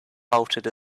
bolted